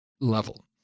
level